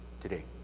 today